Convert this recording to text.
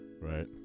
right